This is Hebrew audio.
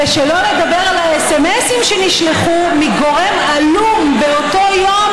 ושלא לדבר על הסמ"סים שנשלחו מגורם עלום באותו יום,